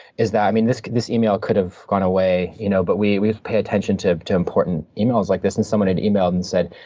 is that, i mean, this this email could have gone away, you know but we we pay attention to to important emails like this. and someone had emailed and said,